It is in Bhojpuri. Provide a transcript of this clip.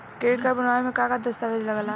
क्रेडीट कार्ड बनवावे म का का दस्तावेज लगा ता?